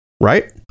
right